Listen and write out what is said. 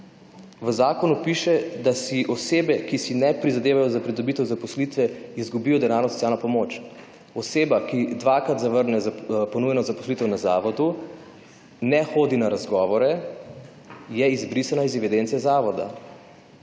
V zakonu piše, da si osebe, ki si ne prizadevajo za pridobitev zaposlitve izgubijo denarno socialno pomoč, oseba, ki dvakrat zavrne ponujeno zaposlitev na zavodu, ne hodi na razgovore je izbrisna iz evidence zavoda.